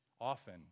often